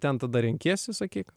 ten tada renkiesi sakyk